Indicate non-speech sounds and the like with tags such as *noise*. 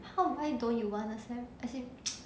how would I don't you want a cere~ as in *noise*